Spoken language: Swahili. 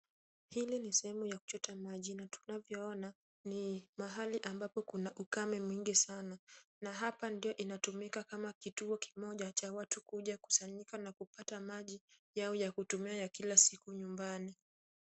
Hili ni sehemu ya kuchota maji na tunavyoona ni mali ambapo kuna ukame mwingi sana hapa ndio inatumika kama kituo kimoja cha watu kuja kusanyika na kupata maji yao ya kutumia ya kila siku nyumbani.